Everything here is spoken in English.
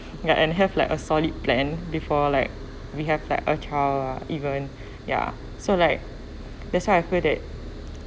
ya and have like a solid plan before like we have like a child lah even ya so like that's why I feel that